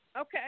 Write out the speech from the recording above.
Okay